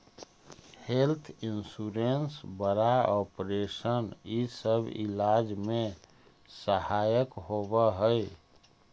health insurance बड़ा operation इ सब इलाज में सहायक होवऽ हई